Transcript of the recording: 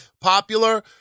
popular